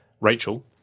Rachel